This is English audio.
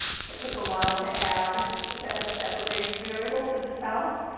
it took a while to add a separate race variable for the spouse.